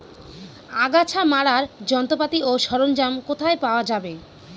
আগাছা মারার যন্ত্রপাতি ও সরঞ্জাম কোথায় পাওয়া যাবে?